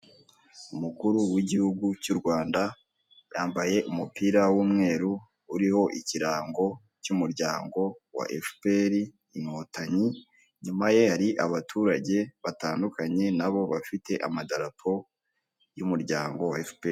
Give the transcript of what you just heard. Umukuru w'iguhugu cy'u Rwanda yambaye umupira w'umweru uriho ikirango cy'umuryango wa FPR inkotanyi, inyuma ye abaturage batandukanye n'abo bafite amadarapo y'umuryango wa FPR.